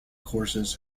courses